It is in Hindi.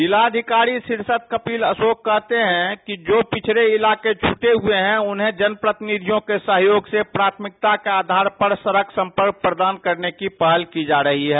जिलाधिकारी शीर्षत कपिल अशोक कहते हैं कि जो पिछडे इलाके छूटे हुए हैं उन्हें जनप्रतिनिधियों के सहयोग प्राथमकिता के आधार पर सडक संपर्क प्रदान करने की पहल की जा रही है